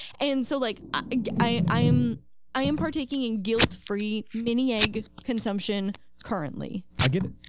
and so like, i am i am partaking in guilt free mini egg consumption currently. i get it,